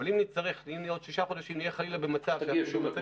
אבל אם נצטרך ואם חס וחלילה בעוד שישה חודשים נהיה במצבים כאלה,